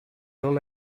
all